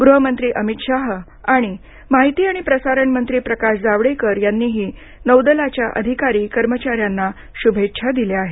गृह मंत्री अमित शाह आणि माहिती आणि प्रसारण मंत्री प्रकाश जावडेकर यांनीही नौदलाच्या अधिकारी आणि कर्मचाऱ्यांना शुभेच्छा दिल्या आहेत